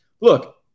look